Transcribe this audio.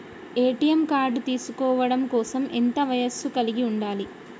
ATM card తీసుకోవడం కోసం ఎంత వయస్సు కలిగి ఉండాలి?